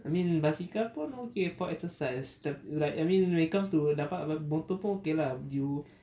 I mean basikal pun okay for exercise like I mean comes to dapat motor pun okay lah you